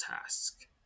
task